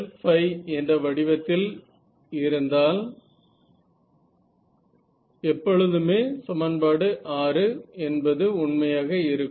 EjA என்ற வடிவத்தில் இருந்தால் எப்பொழுதுமே சமன்பாடு 6 என்பது உண்மையாக இருக்கும்